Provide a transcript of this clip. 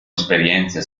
esperienze